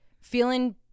Feeling